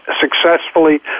successfully